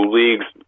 leagues